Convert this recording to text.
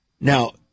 Now